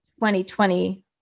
2020